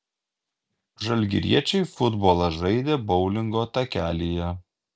žalgiriečiai futbolą žaidė boulingo takelyje